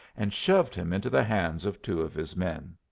and shoved him into the hands of two of his men.